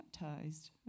baptized